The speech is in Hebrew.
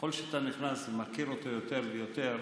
ככל שאתה נכנס ומכיר אותו יותר ויותר,